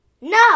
No